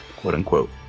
quote-unquote